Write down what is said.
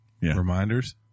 Reminders